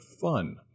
fun